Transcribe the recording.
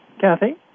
Kathy